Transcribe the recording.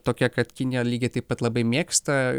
tokia kad kinija lygiai taip pat labai mėgsta